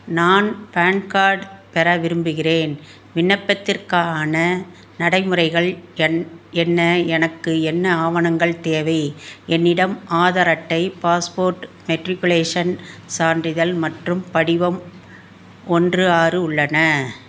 நான் PAN card பெற விரும்புகின்றேன் விண்ணப்பத்திற்கான நடைமுறைகள் என் என்ன எனக்கு என்ன ஆவணங்கள் தேவை என்னிடம் ஆதார் அட்டை பாஸ்போர்ட் மெட்ரிக்குலேஷன் சான்றிதல் மற்றும் படிவம் ஒன்று ஆறு உள்ளன